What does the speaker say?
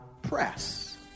press